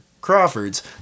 Crawfords